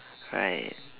right